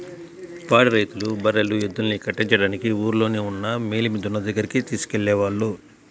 పాడి రైతులు బర్రెలు, ఎద్దుల్ని కట్టించడానికి ఊల్లోనే ఉన్న మేలిమి దున్న దగ్గరికి తీసుకెళ్ళేవాళ్ళు